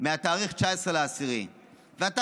מ-19 באוקטובר.